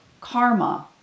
karma